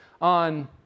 on